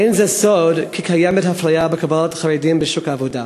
אין זה סוד כי קיימת אפליה בקבלת חרדים לשוק העבודה.